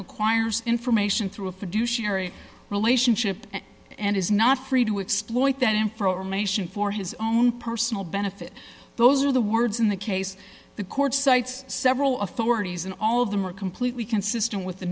acquires information through a fiduciary relationship and is not free to exploit that information for his own personal benefit those are the words in the case the court cites several of forty's and all of them are completely consistent with the